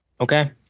Okay